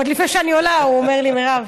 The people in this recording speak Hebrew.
עוד לפני שאני עולה הוא אומר לי: מירב,